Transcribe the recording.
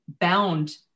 bound